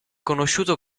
conosciuto